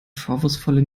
vorwurfsvolle